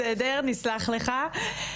בסדר, נסלח לך.